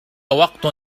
وقت